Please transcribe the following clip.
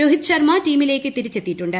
രോഹിത് ശർമ്മ ടീമിലേക്ക് തിരിച്ചെത്തിയിട്ടുണ്ട്